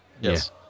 Yes